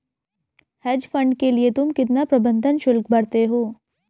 Hedge fund के लिए तुम कितना प्रबंधन शुल्क भरते हो?